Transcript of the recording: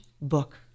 book